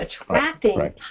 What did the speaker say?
attracting